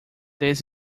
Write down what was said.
this